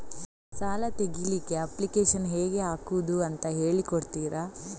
ಸಾಲ ತೆಗಿಲಿಕ್ಕೆ ಅಪ್ಲಿಕೇಶನ್ ಹೇಗೆ ಹಾಕುದು ಅಂತ ಹೇಳಿಕೊಡ್ತೀರಾ?